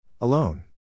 Alone